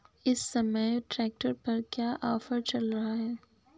इस समय ट्रैक्टर पर क्या ऑफर चल रहा है?